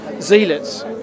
zealots